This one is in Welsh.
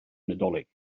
nadolig